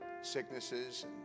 sicknesses